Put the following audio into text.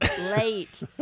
Late